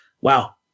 wow